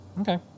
Okay